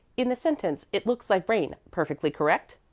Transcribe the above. in the sentence it looks like rain perfectly correct?